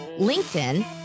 LinkedIn